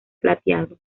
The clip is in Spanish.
plateado